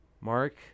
Mark